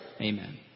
Amen